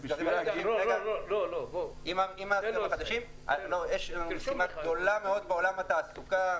יש משימה גדולה מאוד בעולם התעסוקה,